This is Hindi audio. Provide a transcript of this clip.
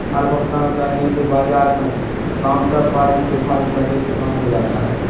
हर भुगतान करने से बाजार मै काउन्टरपार्टी डिफ़ॉल्ट का रिस्क कम हो जाता है